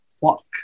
walk